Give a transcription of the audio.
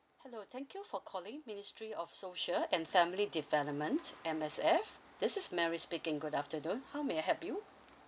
hello thank you for calling ministry of social and family development M_S_F this is mary speaking good afternoon how may I help you